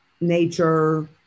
nature